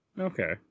Okay